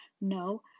No